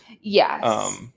Yes